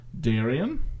Darian